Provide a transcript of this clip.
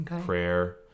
prayer